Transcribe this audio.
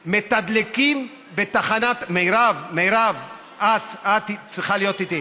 מתדלקים, מירב, את צריכה להיות איתי.